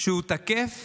שהוא תקף